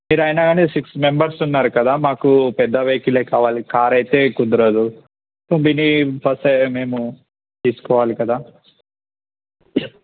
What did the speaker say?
మీరు అయిన కానీ సిక్స్ మెంబర్స్ ఉన్నారు కదా మాకు పెద్ద వెహికల్ కావాలి కార్ అయితే కుదరదు సో మినీ బస్ మేము తీసుకోవాలి కదా